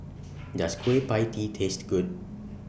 Does Kueh PIE Tee Taste Good